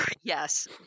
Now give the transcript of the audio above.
Yes